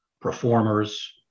performers